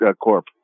Corp